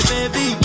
Baby